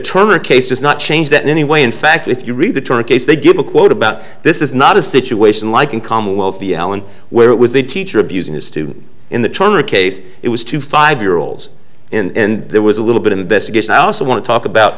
turner case does not change that in any way in fact if you read the torah case they give a quote about this is not a situation like in commonwealth v l and where it was a teacher abusing a student in the turner case it was two five year olds and there was a little bit of investigation i also want to talk about